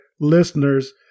listeners